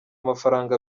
amafaranga